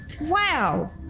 Wow